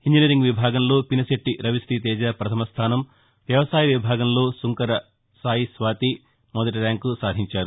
engineering విభాగంలో పినిశెట్లి రవితీతేజ పథమ స్లానం వ్యవసాయ విభాగంలో సుంకర సాయి స్వాతి మొదటి ర్యాంకు సాధించారు